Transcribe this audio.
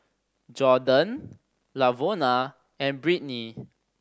Jorden Lavona and Britni